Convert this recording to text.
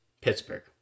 pittsburgh